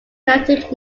celtic